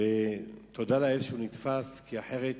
ותודה לאל שהוא נתפס, כי אחרת